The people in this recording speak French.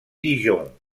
dijon